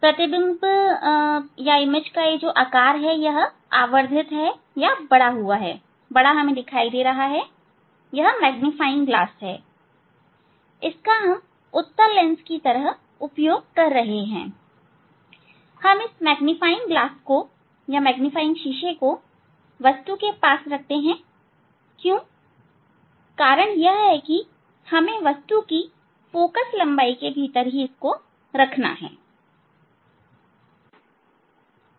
प्रतिबिंब का आकार यह है आवर्धित या बड़ा है यह मैग्नीफाइंग शीशा है इसका हम उत्तल लेंस की तरह उपयोग कर रहे हैं हम मैग्नीफाइंग शीशे को वस्तु के पास रखते हैं कारण यह है कि हमें वस्तु को फोकल लंबाई के भीतर ही रखना है